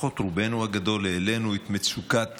לפחות רובנו הגדול, העלינו את מצוקת